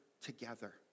together